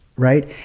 right?